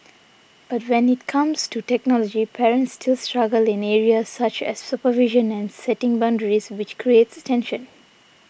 but when it comes to technology parents still struggle in areas such as supervision and setting boundaries which creates tension